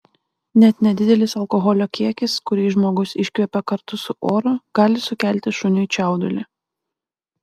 net nedidelis alkoholio kiekis kurį žmogus iškvepia kartu su oru gali sukelti šuniui čiaudulį